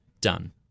done